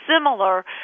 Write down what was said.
similar